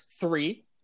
three